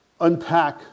unpack